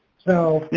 so yeah,